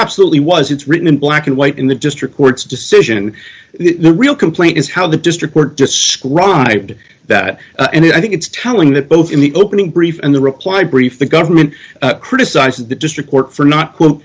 absolutely was it's written in black and white in the district court's decision and the real complaint is how the district were described that and i think it's telling that both in the opening brief and the reply brief the government criticizes the district court for not